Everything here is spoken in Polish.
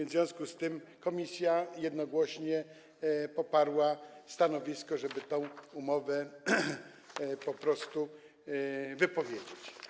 W związku z tym komisja jednogłośnie poparła stanowisko, żeby tę umowę po prostu wypowiedzieć.